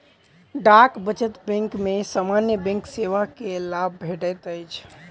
डाक बचत बैंक में सामान्य बैंक सेवा के लाभ भेटैत अछि